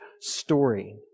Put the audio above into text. story